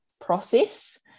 process